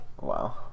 wow